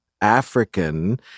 African